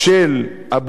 אבו מאזן,